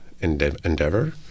endeavor